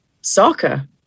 soccer